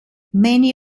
many